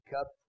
cup